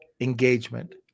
engagement